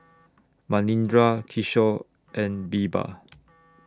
Manindra Kishore and Birbal